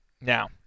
now